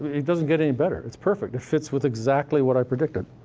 it doesn't get any better. it's perfect it fits with exactly what i predicted.